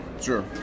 Sure